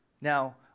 Now